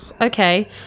Okay